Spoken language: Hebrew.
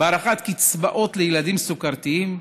בהארכת קצבאות לילדים סוכרתיים?